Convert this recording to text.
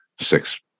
six